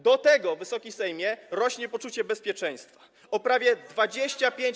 Do tego, Wysoki Sejmie, rośnie poczucie bezpieczeństwa - o prawie 25%